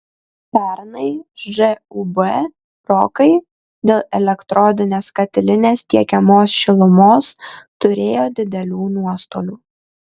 pernai žūb rokai dėl elektrodinės katilinės tiekiamos šilumos turėjo didelių nuostolių